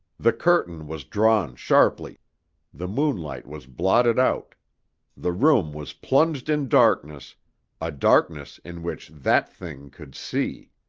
the curtain was drawn sharply the moonlight was blotted out the room was plunged in darkness a darkness in which that thing could see!